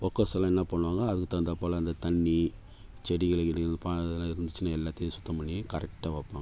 workers எல்லாம் என்ன பண்ணுவாங்க அதுக்கு தகுந்தாப்பில அந்த தண்ணி செடிகள் கிடிகள் பா இதெல்லாம் இருந்துச்சுன்னால் எல்லாத்தையும் சுத்தம் பண்ணி கரெக்டாக வைப்பாங்க